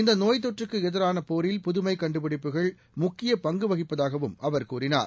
இந்த நோய் தொற்றுக்கு எதிரான போரில் புதுமை கண்டுபிடிப்புகள் முக்கிய பங்கு வகிப்பதாகவும் அவர் கூறினார்